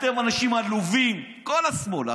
אתם אנשים עלובים, כל השמאל.